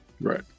right